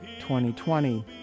2020